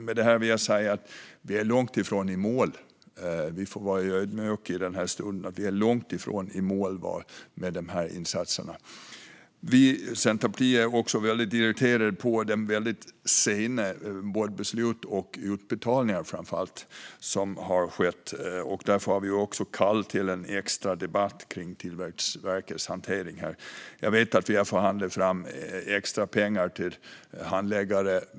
Med det vill jag säga att vi är långt ifrån i mål med de här insatserna. Vi får vara ödmjuka där. Centerpartiet är också irriterade på de väldigt sena besluten och framför allt utbetalningarna. Därför har vi kallat till en extra debatt om Tillväxtverkets hantering. Jag vet att vi har förhandlat fram extra pengar till handläggare.